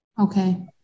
Okay